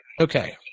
Okay